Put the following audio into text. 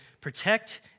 protect